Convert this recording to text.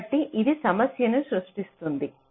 కాబట్టి ఇది సమస్యను సృష్టిస్తుంది